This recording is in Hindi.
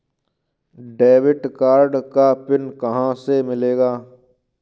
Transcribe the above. डेबिट कार्ड का पिन कहां से मिलेगा?